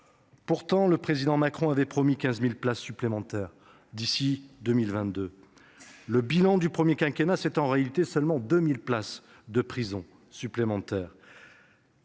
Pourtant, le président Macron avait promis 15 000 places supplémentaires d'ici à 2022. Au terme du premier quinquennat, on dénombrait seulement 2 000 places de prison supplémentaires